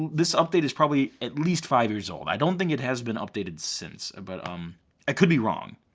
this update is probably at least five years old. i don't think it has been updated since. but um i could be wrong.